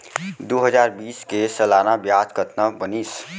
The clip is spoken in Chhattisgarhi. दू हजार बीस के सालाना ब्याज कतना बनिस?